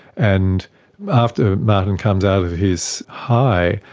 and after martin comes out of his high,